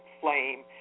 flame